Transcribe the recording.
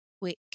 quick